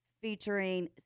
featuring